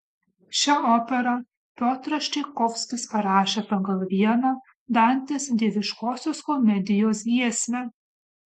šią operą piotras čaikovskis parašė pagal vieną dantės dieviškosios komedijos giesmę